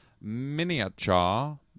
miniature